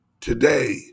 today